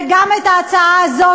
וגם את ההצעה הזאת,